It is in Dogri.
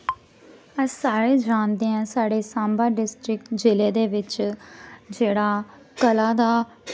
अस सारे जानदे आं साढ़े सांबा डिस्टिक जि'ले दे बिच्च जेह्ड़ा कला दा